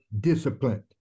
discipline